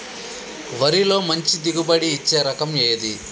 వరిలో మంచి దిగుబడి ఇచ్చే రకం ఏది?